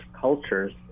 cultures